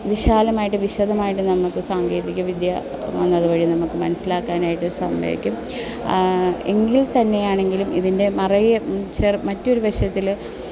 വിശാലമായിട്ട് വിശദമായിട്ട് നമുക്ക് സാങ്കേതികവിദ്യ വന്നതു വഴി നമുക്ക് മനസ്സിലാക്കാനായിട്ട് സമ്മയ്ക്കും എങ്കിൽ തന്നെയാണെങ്കിലും ഇതിൻ്റെ മറ്റൊരു വിഷയത്തിൽ